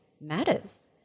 matters